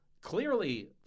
clearly